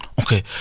Okay